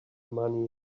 money